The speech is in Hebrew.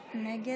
נגד,